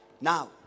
Now